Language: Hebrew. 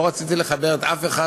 לא רציתי לחבר אף אחד,